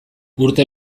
urte